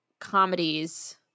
comedies